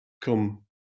come